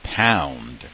pound